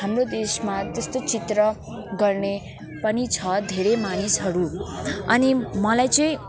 हाम्रो देशमा त्यस्तो चित्र गर्ने पनि छ धेरै मानिसहरू अनि मलाई चाहिँ